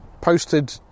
posted